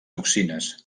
toxines